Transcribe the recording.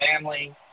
family